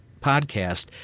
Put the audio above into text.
podcast